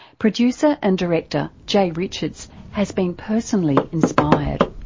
producer and director jay richards has been personally inspired.